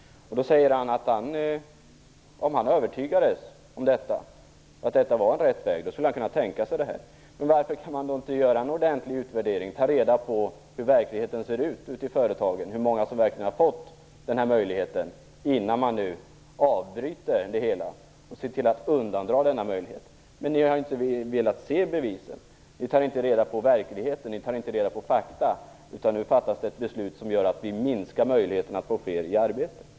Han säger att han skulle ändra sig om han övertygades om att det är rätt väg. Varför kan man då inte göra en ordentlig utvärdering och ta reda på hur verkligheten ser ut ute i företagen och hur många som verkligen har fått möjligheten innan man avbryter det hela och ser till att undandra denna möjlighet? Ni har ju inte velat se bevisen! Ni tar inte reda på verkligheten. Ni tar inte reda på fakta. Det fattas nu ett beslut som gör att vi minskar möjligheten att få fler i arbete.